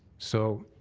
so,